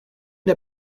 der